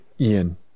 Ian